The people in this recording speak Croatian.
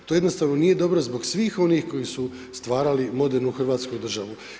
To jednostavno nije dobro zbog svih onih koji su stvarali modernu Hrvatsku državu.